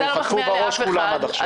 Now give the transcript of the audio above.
פה חטפו בראש כולם עד עכשיו.